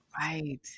Right